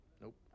Nope